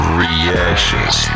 reactions